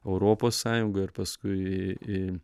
europos sąjungą ir paskui į